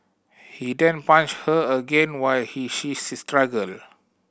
he then punched her again while he she struggled